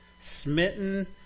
smitten